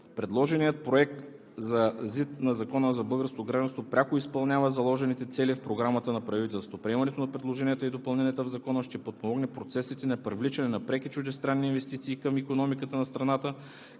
допълнение на Закона за българското гражданство пряко изпълнява заложените цели в програмата на правителството. Приемането на предложенията и допълненията в Закона ще подпомогне процесите на привличане на преки чуждестранни инвестиции към икономиката на страната,